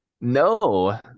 No